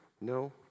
No